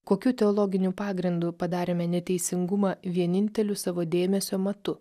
kokiu teologiniu pagrindu padarėme neteisingumą vieninteliu savo dėmesio matu